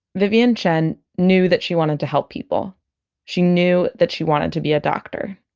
vivian chen knew that she wanted to help people she knew that she wanted to be a doctor